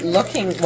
Looking